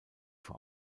vor